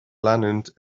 leanúint